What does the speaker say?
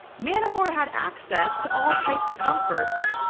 manafort had access to all types of comforts.